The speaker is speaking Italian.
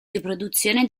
riproduzione